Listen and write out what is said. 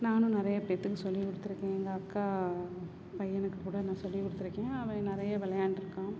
நானும் நிறைய பேத்துக்கு சொல்லிக் கொடுத்துருக்கேன் எங்கள் அக்கா பையனுக்கு கூட நான் சொல்லிக் கொடுத்துருக்கேன் அவன் நிறைய விளையாண்டுருக்கான்